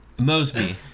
Mosby